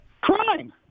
Crime